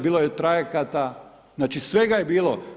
Bilo je trajekta, znači svega je bilo.